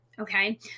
okay